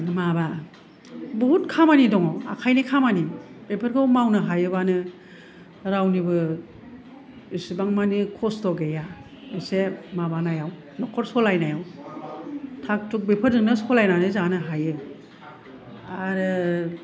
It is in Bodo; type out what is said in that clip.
माबा बुहुद खामानि दङ आखाइनि खामानि बेफोरखौ मावनो हायोबानो रावनिबो एसेबां मानि खस्थ' गैया एसे माबानायाव नख'र सलायनायाव थाख थुख बेफोरजोंनो सलायनानै जानो हायो आरो